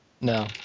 No